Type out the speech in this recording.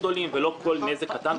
גדולים יותר ולא על כל נזק קטן.